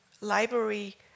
library